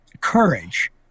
courage